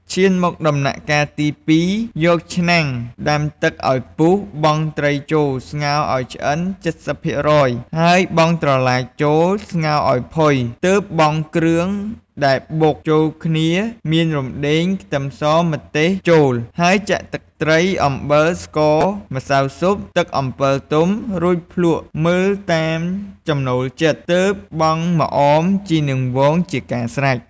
ឈានមកដល់ដំណាក់កាលទី២ យកឆ្នាំងដាំទឹកឱ្យពុះ បង់ត្រីចូលស្ងោរឱ្យឆ្អិន៧០% ហើយបង់ត្រឡាចចូលស្ងោរឱ្យផុយ ទើបបង់គ្រឿង ដែលបុកចូលគ្នាមានរំដេង ខ្ទឹមស ម្ទេស ចូល ហើយចាក់ទឹកត្រី អំបិល ស្ករ ម្សៅស៊ុប ទឹកអំពិលទុំ រួចភ្លក់មើលតាមចំណូលចិត្ដ ទើបបង់ម្អម ជីរនាងវង ជាការស្រេច ។